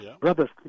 Brothers